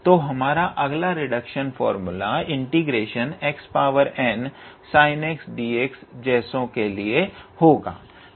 तो हमारा अगला रिडक्शन फार्मूला ∫𝑥𝑛𝑠𝑖𝑛𝑥𝑑𝑥 जैसों के लिए होगा